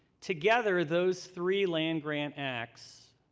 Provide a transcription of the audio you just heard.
together those three land-grant acts